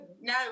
no